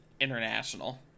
international